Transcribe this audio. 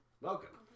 Welcome